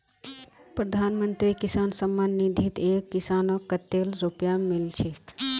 प्रधानमंत्री किसान सम्मान निधित एक किसानक कतेल रुपया मिल छेक